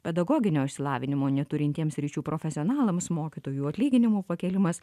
pedagoginio išsilavinimo neturintiems sričių profesionalams mokytojų atlyginimų pakėlimas